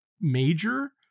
major